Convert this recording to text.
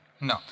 No